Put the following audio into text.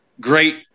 great